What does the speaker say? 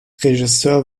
regisseur